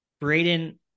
Braden